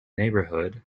neighbourhood